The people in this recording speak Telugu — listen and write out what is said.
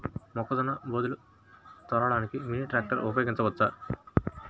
మొక్కజొన్న బోదెలు తోలడానికి మినీ ట్రాక్టర్ ఉపయోగించవచ్చా?